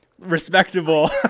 Respectable